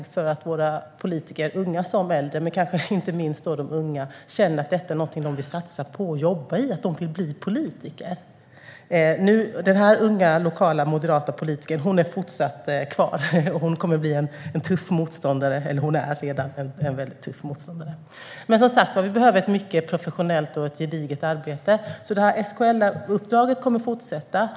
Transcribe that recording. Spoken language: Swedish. Det gäller att få våra politiker - unga som äldre, men kanske inte minst de unga - att känna att politiken är något de vill satsa på och jobba med. De ska känna att de vill bli politiker. Denna unga moderata politiker är fortsatt kvar. Hon kommer att bli, och hon är redan, en tuff motståndare. Men vi behöver som sagt ett mycket professionellt och gediget arbete. SKL-uppdraget kommer att fortsätta.